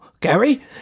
Gary